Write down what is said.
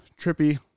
trippy